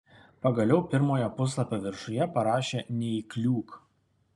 pagaliau pirmojo puslapio viršuje parašė neįkliūk